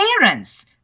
parents